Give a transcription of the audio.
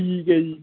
ਠੀਕ ਹੈ ਜੀ